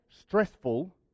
stressful